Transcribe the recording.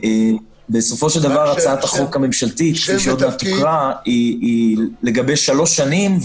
הצעת החוק הממשלתית היא לגבי שלוש שנים,